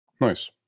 Nice